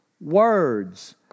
words